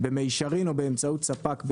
במישרין או באמצעות ספק,